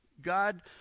God